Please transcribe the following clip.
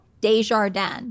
Desjardins